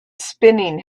spinning